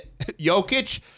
Jokic